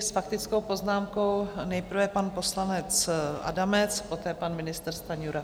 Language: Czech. S faktickou poznámkou nejprve pan poslanec Adamec, poté pan ministr Stanjura.